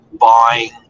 buying